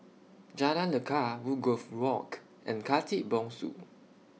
Jalan Lekar Woodgrove Walk and Khatib Bongsu